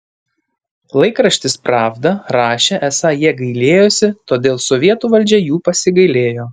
laikraštis pravda rašė esą jie gailėjosi todėl sovietų valdžia jų pasigailėjo